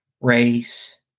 race